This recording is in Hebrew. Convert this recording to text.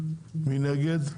מי נגד?